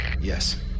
Yes